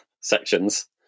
sections